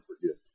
forgive